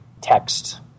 text